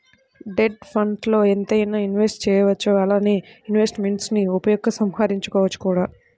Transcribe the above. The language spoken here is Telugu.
డెట్ ఫండ్స్ల్లో ఎంతైనా ఇన్వెస్ట్ చేయవచ్చు అలానే ఇన్వెస్ట్మెంట్స్ను ఉపసంహరించుకోవచ్చు కూడా